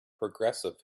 progressive